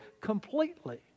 completely